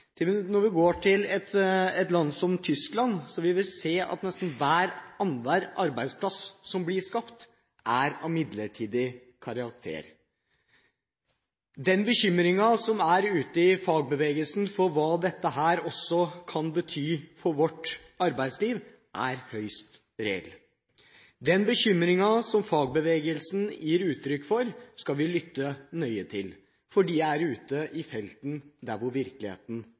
Om vi går til et land som Tyskland, vil vi se at nesten annenhver arbeidsplass som blir skapt, er av midlertidig karakter. Den bekymringen som er ute i fagbevegelsen for hva dette også kan bety for vårt arbeidsliv, er høyst reell. Den bekymringen som fagbevegelsen gir uttrykk for, skal vi lytte nøye til, for de er ute i felten, der hvor virkeligheten